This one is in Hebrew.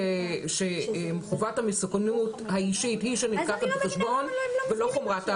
שחובת המסוכנות האישית היא שנלקחת בחשבון ולא חומרת העבירה.